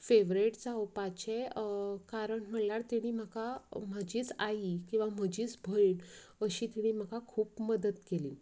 favourite जावपाचें कारण म्हळ्यार तेणी म्हाका म्हजीच आई किंवां म्हजीच भयण अशी तिणी म्हाका खूब मदत केली